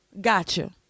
gotcha